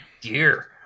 gear